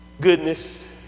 goodness